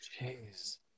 Jeez